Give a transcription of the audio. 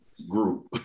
Group